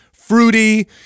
fruity